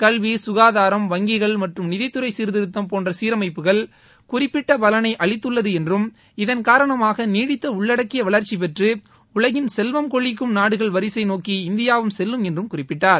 கல்வி சுகாதாரம் வங்கிகள் மற்றம் நிதித்துறை சீர்திருத்தம் போன்ற சீரமைப்புகள் குறிப்பிட்ட பலனைள அளித்துள்ளது என்றும் இதன் காரணமாக நீடித்த உள்ளடக்கிய வளர்ச்சி பெற்று உலகின் செல்வம் கொழிக்கும் நாடுகள் வரிசை நோக்கி இந்தியாவும் செல்லும் என்றும் குறிப்பிட்டார்